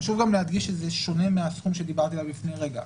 חשוב להוסיף למה שאת אמרת,